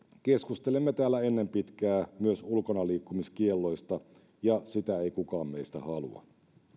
keskustelemme täällä ennen pitkää myös ulkonaliikkumiskielloista ja sitä ei kukaan meistä halua